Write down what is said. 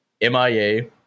MIA